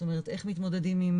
זאת אומרת איך מתמודדים עם